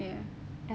ya